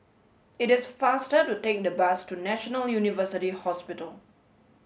it is faster to take the bus to National University Hospital